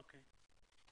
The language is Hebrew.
אוקיי.